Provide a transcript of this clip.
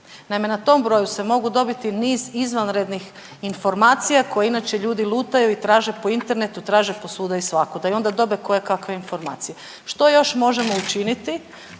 Naime, na tom broju se mogu dobiti niz izvanrednih informacija koje inače ljudi lutaju i traže po internetu, traže po svuda i svakuda i onda dobe kojekakve informacije. Što još možemo učiniti